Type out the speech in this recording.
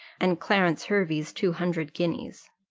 and clarence hervey's two hundred guineas.